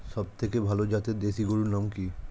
সবথেকে ভালো জাতের দেশি গরুর নাম কি?